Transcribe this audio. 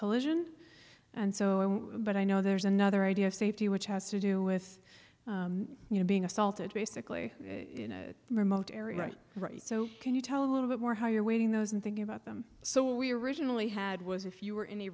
collision and so but i know there's another idea of safety which has to do with you know being assaulted basically in a remote area right so can you tell a little bit more how you're waiting those and thinking about them so we originally had was if you were in a